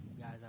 guys